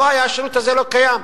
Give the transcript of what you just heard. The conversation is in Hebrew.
השירות הזה לא קיים.